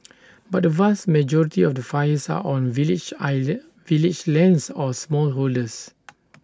but the vast majority of the fires are on village island village lands or smallholders